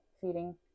feeding